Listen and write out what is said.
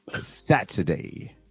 Saturday